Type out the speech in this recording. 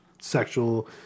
sexual